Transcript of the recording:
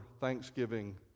Thanksgiving